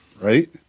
right